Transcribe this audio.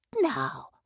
now